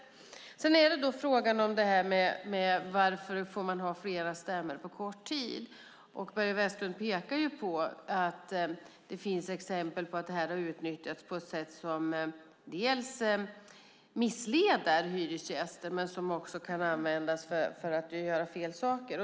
Så var det frågan om varför man får ha flera stämmor på kort tid. Börje Vestlund pekar på exempel där detta har utnyttjats på ett sätt som dels missleder hyresgäster, dels kan användas för att göra fel saker.